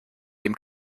dem